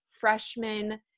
freshman